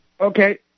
Okay